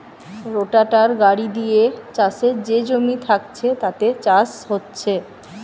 রোটাটার গাড়ি দিয়ে চাষের যে জমি থাকছে তাতে চাষ হচ্ছে